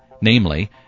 namely